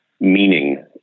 meaning